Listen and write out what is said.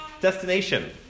destination